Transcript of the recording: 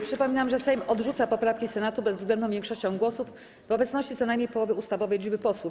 Przypominam, że Sejm odrzuca poprawki Senatu bezwzględną większością głosów w obecności co najmniej połowy ustawowej liczby posłów.